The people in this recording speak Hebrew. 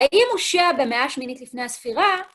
האם הושע במאה השמינית לפני הספירה?